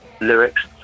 lyrics